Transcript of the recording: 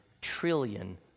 trillion